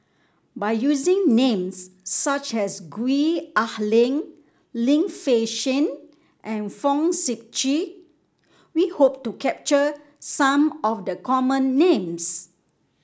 by using names such as Gwee Ah Leng Lim Fei Shen and Fong Sip Chee we hope to capture some of the common names